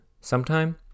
sometime